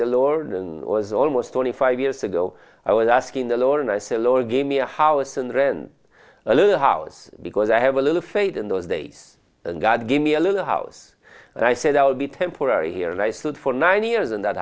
the lord and it was almost twenty five years ago i was asking the lord and i sell or give me a house and rent a little house because i have a little faith in those days and god gave me a little house and i said i will be temporary here and i stood for nine years in that